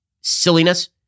silliness